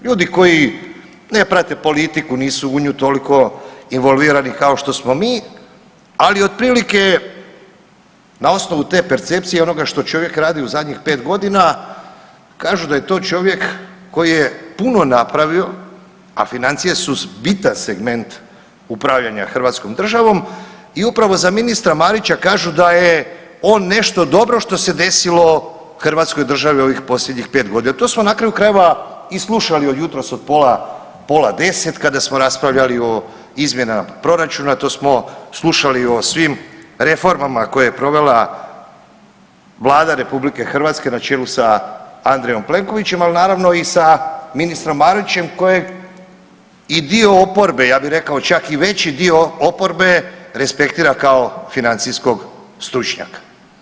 Ljudi koji ne prate politiku, nisu u nju tolko involvirani kao što smo mi, ali otprilike na osnovu te percepcije i onoga što čovjek radi u zadnjih 5.g. kažu da je to čovjek koji je puno napravio, a financije su bitan segment upravljanja hrvatskom državom i upravo za ministra Marića kažu da je on nešto dobro što se desilo hrvatskoj državi u ovih posljednjih 5.g., a to smo na kraju krajeva i slušali od jutros od pola, pola 10 kada smo raspravljali o izmjenama proračuna, to smo slušali o svim reformama koje je provela Vlada RH na čelu sa Andrejem Plenkovićem, al naravno i sa ministrom Marićem kojeg i dio oporbe, ja bi rekao čak i veći dio oporbe, respektira kao financijskog stručnjaka.